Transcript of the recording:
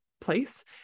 place